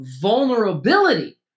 vulnerability